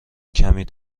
کمی